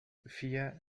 vier